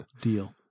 Deal